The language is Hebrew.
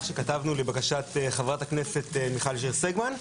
שכתבנו לבקשת חברת הכנסת מיכל שיר סגמן.